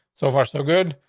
so far, so good.